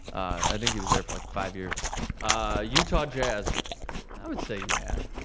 i think he was there for like five years ah. utah jazz i would say yeah